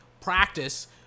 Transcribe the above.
practice